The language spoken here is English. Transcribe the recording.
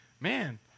Man